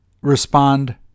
respond